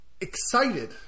excited